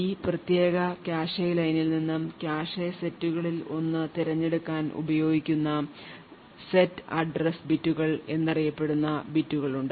ഈ പ്രത്യേക കാഷെ ലൈനിൽ നിന്ന് കാഷെ സെറ്റുകളിൽ ഒന്ന് തിരഞ്ഞെടുക്കാൻ ഉപയോഗിക്കുന്ന സെറ്റ് അഡ്രസ് ബിറ്റുകൾ എന്നറിയപ്പെടുന്ന ബിറ്റുകൾ ഉണ്ട്